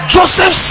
Joseph